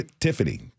Tiffany